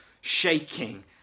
shaking